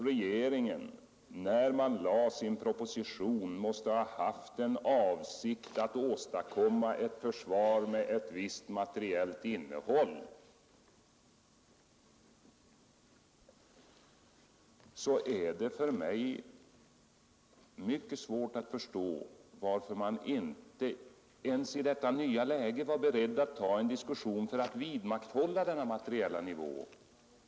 Regeringen måste väl, när den lade sin proposition, ha haft avsikten att åstadkomma ett försvar med ett visst materiellt innehåll, och då är det för mig mycket svårt att förstå varför regeringen inte ens i detta nya läge var beredd att ta en diskussion för att vidmakthålla denna materiella nivå.